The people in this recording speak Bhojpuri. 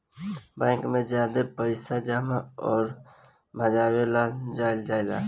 बैंक में ज्यादे पइसा जमा अउर भजावे ला जाईल जाला